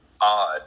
odd